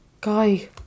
guy